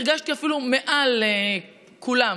הרגשתי אפילו מעל כולם,